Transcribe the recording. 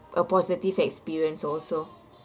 a positive experience also